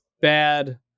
bad